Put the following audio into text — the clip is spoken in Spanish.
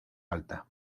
alta